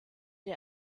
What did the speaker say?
der